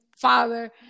father